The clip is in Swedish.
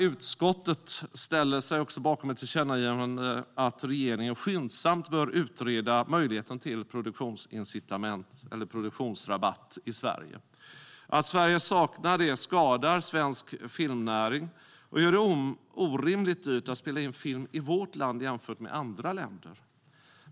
Utskottet ställer sig också bakom ett tillkännagivande om att regeringen skyndsamt bör utreda möjligheten till produktionsincitament eller produktionsrabatt i Sverige. Att Sverige saknar det skadar svensk filmnäring och gör det orimligt dyrt att spela in film i vårt land jämfört med andra länder.